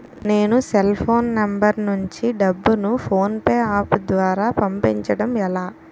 నేను cell phone number నుంచి డబ్బును ను ఫోన్పే అప్ ద్వారా పంపించడం ఎలా?